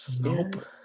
Nope